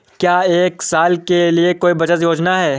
क्या एक साल के लिए कोई बचत योजना है?